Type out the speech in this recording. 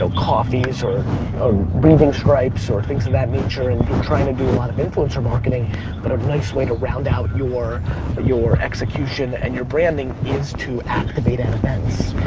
so coffees or or breathing stripes or things of that nature. and you're trying to do a lot of influencer marketing but a nice way to round out your your execution and your branding is to activate at events.